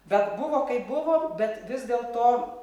bet buvo kaip buvo bet vis dėlto